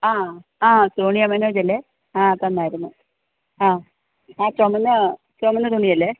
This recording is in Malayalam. ആ ആ സോണിയ മനോജ് അല്ലേ ആ തന്നായിരുന്നു ആ ആ ചുമന്ന ചുമന്ന തുണിയല്ലേ